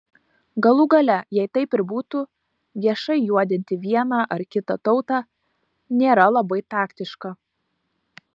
galų gale jei taip ir būtų viešai juodinti vieną ar kitą tautą nėra labai taktiška